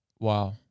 wow